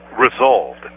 resolved